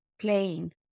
playing